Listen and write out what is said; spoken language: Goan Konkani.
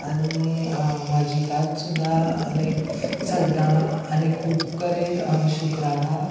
आनी मजिदाच सुद्दां लायक सद्दां आनी खूब करेन शुक्रारा